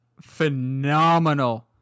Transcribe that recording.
phenomenal